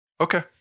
Okay